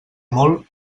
molt